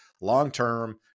long-term